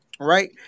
right